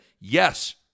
Yes